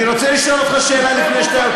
אני רוצה לשאול אותך שאלה לפני שאתה,